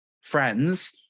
friends